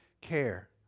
care